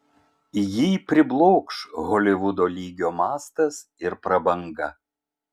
jį priblokš holivudo lygio mastas ir prabanga